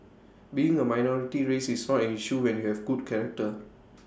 being A minority race is not an issue when you have good character